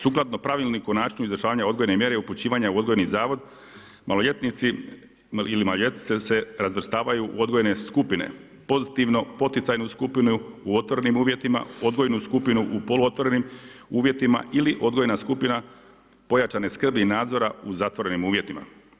Sukladno pravilniku o načinu izvršavanja odgojne mjere upućivanja u odgojni zavod maloljetnici ili maloljetnice se razvrstavaju u odgojne skupine pozitivno poticajnu skupinu u otvorenim uvjetima, odgojnu skupinu u polu otvorenim uvjetima ili odgojna skupina pojačane skrbi i nadzora u zatvorenim uvjetima.